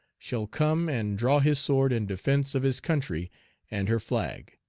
shall come and draw his sword in defence of his country and her flag.